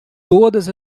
todas